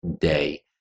day